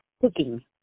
cooking